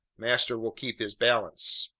master will keep his balance.